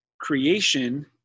Creation